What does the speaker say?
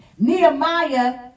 Nehemiah